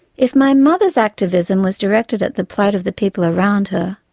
if my mother's activism was directed at the plight of the people around her,